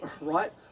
right